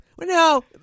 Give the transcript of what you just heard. No